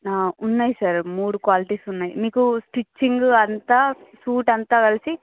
ఉన్నాయి సార్ మూడు క్వాలిటీస్ ఉన్నాయి మీకు స్టిచింగు అంతా సూట్ అంతా కలిసి